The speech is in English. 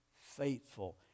faithful